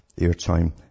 airtime